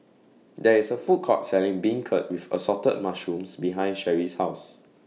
There IS A Food Court Selling Beancurd with Assorted Mushrooms behind Cherri's House